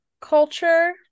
culture